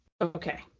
Okay